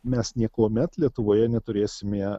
mes niekuomet lietuvoje neturėsime